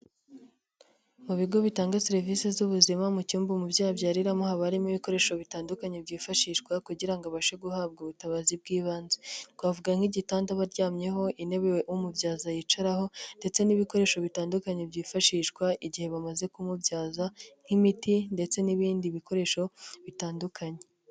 Mu bigo bitanga serivisi z'ubuzima mu cyumba umubyeyi abyariramo, haba harimo ibikoresho bitandukanye byifashishwa kugira ngo abashe guhabwa ubutabazi bw'ibanze, twavuga nk'igitanda aba aryamyeho, intebe umubyaza yicaraho ndetse n'ibikoresho bitandukanye byifashishwa igihe bamaze kumubyaza nk'imiti ndetse n'ibindi bikoresho bitandukanye.